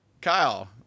Kyle